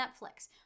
Netflix